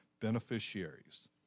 beneficiaries